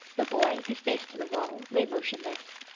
the boy, his face to the wall, lay motionless.